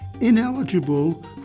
ineligible